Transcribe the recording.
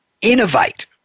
innovate